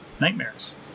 nightmares